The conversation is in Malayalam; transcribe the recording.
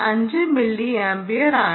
5 മില്ലിയാംപിയറാണ്